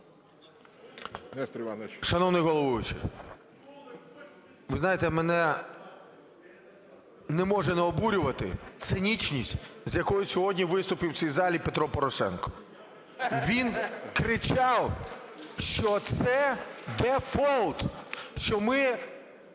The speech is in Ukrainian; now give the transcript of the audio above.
Шановний головуючий, ви знаєте, мене не може не обурювати цинічність, з якою сьогодні виступив в цій залі Петро Порошенко. Він кричав, що це дефолт, що ми